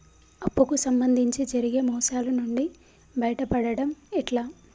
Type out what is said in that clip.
అప్పు కు సంబంధించి జరిగే మోసాలు నుండి బయటపడడం ఎట్లా?